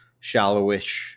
shallowish